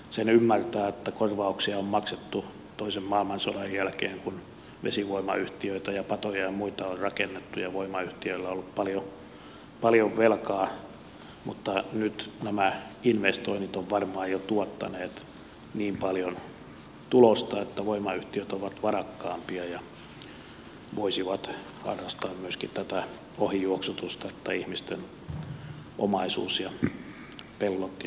sen ymmärtää että korvauksia on maksettu toisen maailmansodan jälkeen kun vesivoimayhtiöitä ja patoja ja muita on rakennettu ja voimayhtiöillä on ollut paljon velkaa mutta nyt nämä investoinnit ovat varmaan jo tuottaneet niin paljon tulosta että voimayhtiöt ovat varakkaampia ja voisivat harrastaa myöskin tätä ohijuoksutusta että ihmisten omaisuus ja pellot ja asunnot eivät kärsisi